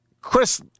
Chris –